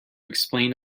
explain